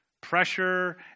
pressure